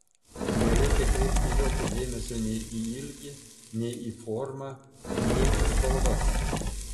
nereikia kreipti jokio dėmesio nei į ilgį nei į formą nei į spalvas